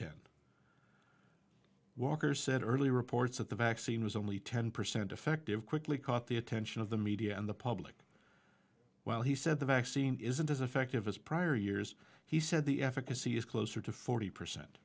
ten walker said early reports that the vaccine was only ten percent effective quickly caught the attention of the media and the public well he said the vaccine isn't as effective as prior years he said the efficacy is closer to forty percent